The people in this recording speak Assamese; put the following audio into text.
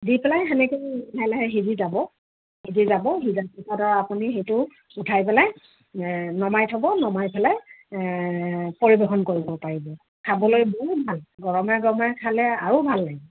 দি পেলাই সেনেকৈ লাহে লাহে সিজি যাব সিজি যাব সিজাৰ পাছত আৰু আপুনি সেইটো উঠাই পেলাই নমাই থ'ব নমাই পেলাই পৰিবেশন কৰিব পাৰিব খাবলৈ বহুত ভাল গৰমে গৰমে খালে আৰু ভাল